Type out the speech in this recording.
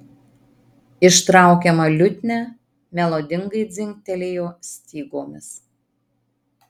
ištraukiama liutnia melodingai dzingtelėjo stygomis